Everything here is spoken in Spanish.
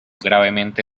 gravemente